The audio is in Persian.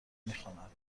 میخواند